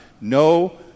no